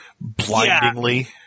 blindingly